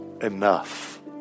enough